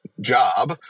job